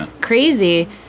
crazy